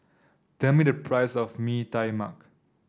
tell me the price of Mee Tai Mak